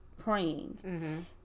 Praying